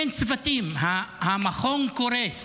אין צוותים, המכון קורס,